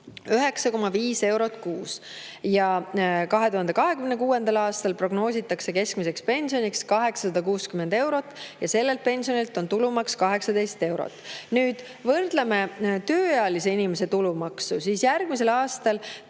9,5 eurot kuus. Ja 2026. aastaks prognoositakse keskmiseks pensioniks 860 eurot ja sellelt pensionilt on tulumaks 18 eurot. Võrdleme tööealise inimese tulumaksu: järgmisel aastal